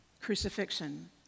crucifixion